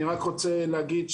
אני רק רוצה להגיד,